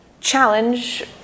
challenge